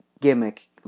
gimmick